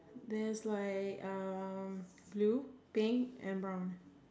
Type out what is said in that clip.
there's like um blue pink and brown